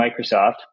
Microsoft